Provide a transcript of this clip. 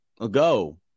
ago